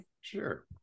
sure